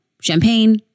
champagne